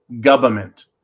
government